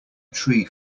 tree